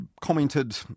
commented